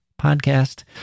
podcast